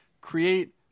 create